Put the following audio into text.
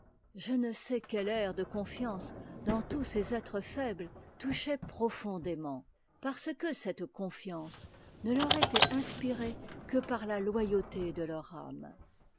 je ne sais quel air de confiance dans tous ces êtres faibles touchait profondément parce que cette confiance ne leur était inspirée que par la loyauté de leur âme